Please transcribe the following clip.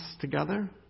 together